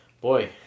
Boy